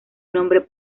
nombre